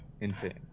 insane